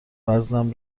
وزنم